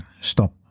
stop